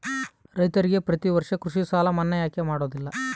ರೈತರಿಗೆ ಪ್ರತಿ ವರ್ಷ ಕೃಷಿ ಸಾಲ ಮನ್ನಾ ಯಾಕೆ ಮಾಡೋದಿಲ್ಲ?